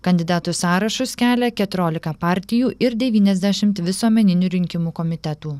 kandidatų sąrašus kelia keturiolika partijų ir devyniasdešimt visuomeninių rinkimų komitetų